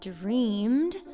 dreamed